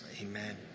Amen